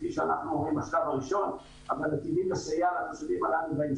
כפי שאנחנו רואים בשלב הראשון אבל --- נסייע בהמשך.